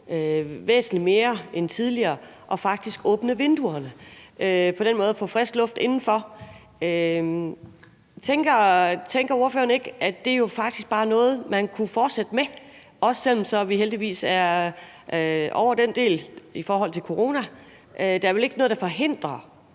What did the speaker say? væsentlig oftere end tidligere formåede at åbne vinduerne og på den måde at få frisk luft indenfor. Tænker ordføreren ikke, at det jo faktisk er noget, man bare kunne fortsætte med, også selv om vi heldigvis er ovre den del med corona? Der er vel ikke noget, der forhindrer,